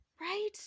Right